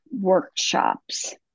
workshops